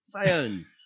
Science